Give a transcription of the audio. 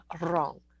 wrong